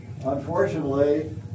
Unfortunately